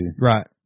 Right